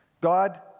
God